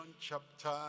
chapter